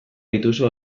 dituzu